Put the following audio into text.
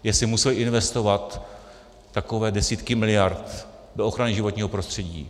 Jestli museli investovat takové desítky miliard do ochrany životního prostředí.